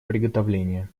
приготовления